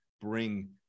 bring